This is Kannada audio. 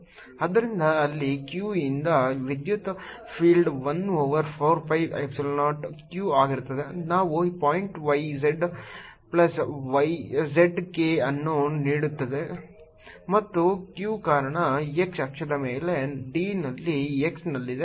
ಆದ್ದರಿಂದ ಇಲ್ಲಿ q ಯಿಂದ ವಿದ್ಯುತ್ field 1 over 4 pi epsilon 0 q ಆಗಿರುತ್ತದೆ ನಾವು point y j plus z k ಅನ್ನು ನೋಡುತ್ತಿದ್ದೇವೆ ಮತ್ತು q ಕಾರಣ x ಅಕ್ಷದ ಮೇಲೆ D ನಲ್ಲಿ x ನಲ್ಲಿದೆ